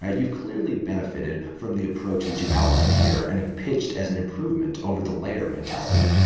ah you've clearly benefited from the approach that you've outlined here and have pitched as an improvement over the layer mentality.